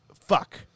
fuck